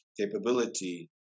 capability